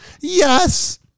Yes